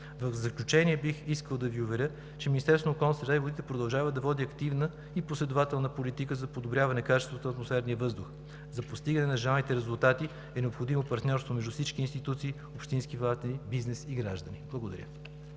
В заключение, бих искал да Ви уверя, че Министерството на околната среда и водите продължава да води активна и последователна политика за подобряване качеството на атмосферния въздух. За постигане на желаните резултати е необходимо партньорство между всички институции, общински власти, бизнес и граждани. Благодаря.